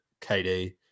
KD